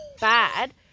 bad